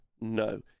No